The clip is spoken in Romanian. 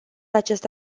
acest